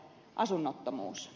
asunnottomuus